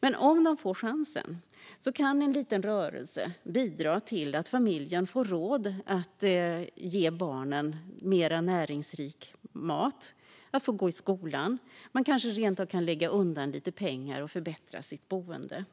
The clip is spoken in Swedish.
Men om de får chansen kan en liten rörelse bidra till att familjen får råd att låta barnen få mer näringsrik mat och få gå i skolan. Man kanske rent av kan lägga undan lite pengar och förbättra sitt boende.